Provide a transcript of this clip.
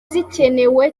zikenewe